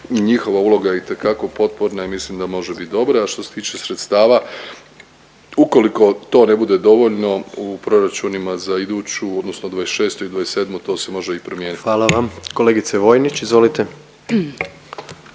Njihova uloga je itekako potporna i mislim da može biti dobra, a što se tiče sredstava ukoliko to ne bude dovoljno u proračunima za iduću odnosno '26. i '27. to se može i promijenit. **Jandroković, Gordan